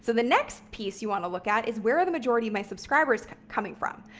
the next piece you want to look at is where are the majority of my subscribers coming from?